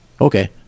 Okay